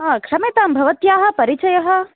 आम् क्षम्यतां भवत्याः परिचयः